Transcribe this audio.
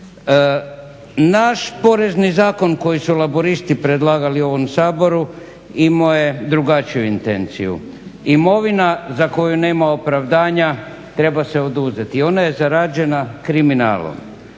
Naš Porezni zakon koji su Laburisti predlagali ovom Saboru imao je drugačiju intenciju. Imovina za koju nema opravdanja treba se oduzeti i ona je zarađena kriminalom.